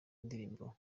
indirimbo